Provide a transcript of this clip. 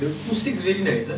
the acoustic very nice ah